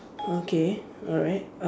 okay alright uh